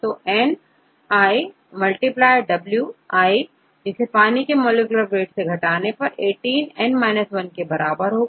तोn w इससे पानी के मॉलिक्यूलर वेट को घटाने से यह18 के बराबर होगा